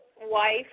wife